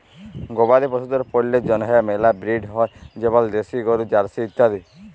গবাদি পশুদের পল্যের জন্হে মেলা ব্রিড হ্য় যেমল দেশি গরু, জার্সি ইত্যাদি